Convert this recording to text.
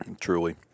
Truly